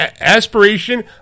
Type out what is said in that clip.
aspiration